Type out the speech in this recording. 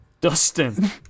Dustin